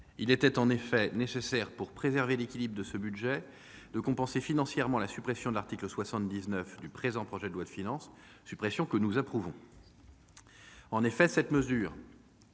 Il était en effet nécessaire, pour préserver l'équilibre de ce budget, de compenser financièrement la suppression de l'article 79 du présent projet de loi de finances, suppression que nous approuvons. En effet, la mesure